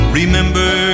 remember